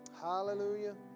Hallelujah